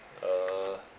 uh